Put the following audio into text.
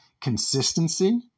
consistency